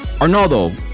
Arnaldo